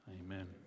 Amen